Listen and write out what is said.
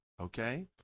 Okay